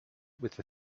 with